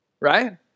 Right